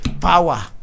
power